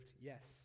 Yes